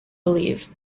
believe